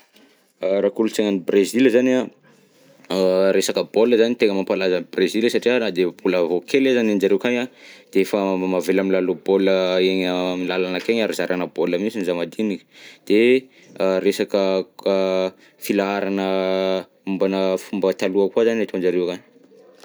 Raha kolontsainan'i Brezila zany an, resaka baolina zany tegna mampalaza an'i Brezila satria na de mbola vao kely aza nenjare akagny an de efa avela milalao baolina egny amin'ny lalana akegny an, ary zarana baolina mintsy za madinika, de resaka ko- filaharana mombanà fomba taloha koa zany ataonjareo avy agny.